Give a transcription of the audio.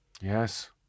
Yes